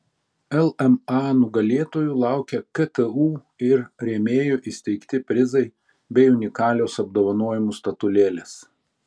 lma nugalėtojų laukia ktu ir rėmėjų įsteigti prizai bei unikalios apdovanojimų statulėlės